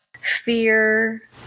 fear